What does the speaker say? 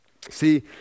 See